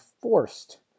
forced